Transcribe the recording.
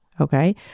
Okay